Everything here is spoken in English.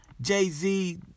Jay-Z